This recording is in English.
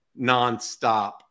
nonstop